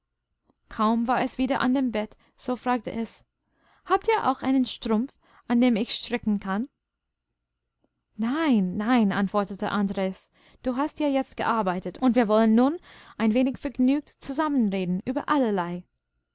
kaum war es wieder an dem bett so fragte es habt ihr auch einen strumpf an dem ich stricken kann nein nein antwortete andres du hast ja jetzt gearbeitet und wir wollen nun ein wenig vergnügt zusammen reden über allerlei